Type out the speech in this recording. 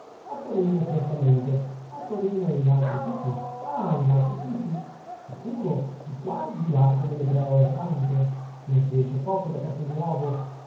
a torino e in altri siti ah in altri siti sicuro di qua e di là come l'ebreo errante noi si esce poco da castelnuovo